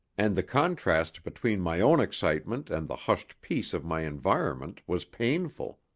and the contrast between my own excitement and the hushed peace of my environment was painful,